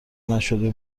نشده